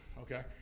okay